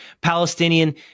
Palestinian